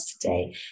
today